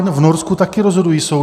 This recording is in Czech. V Norsku taky rozhodují soudy.